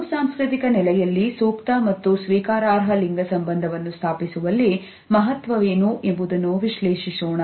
ಬಹು ಸಾಂಸ್ಕೃತಿಕ ನೆಲೆಯಲ್ಲಿ ಸೂಕ್ತ ಮತ್ತು ಸ್ವೀಕಾರಾರ್ಹ ಲಿಂಗ ಸಂಬಂಧವನ್ನು ಸ್ಥಾಪಿಸುವಲ್ಲಿ ಮಹತ್ವವೇನು ಎಂಬುದನ್ನು ವಿಶ್ಲೇಷಿಸೋಣ